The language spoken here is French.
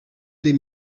des